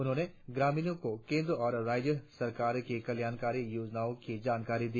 उन्होंने ग्रामीणों को केंद और राज्य सरकार की कल्याणकारी योजनाओं की जानकारी ही